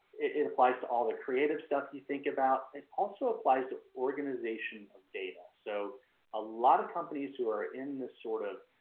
it applies to all the creative stuff. you think about it also applies to organization of data. so a lot of companies who are in this sort of